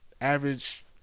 average